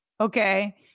okay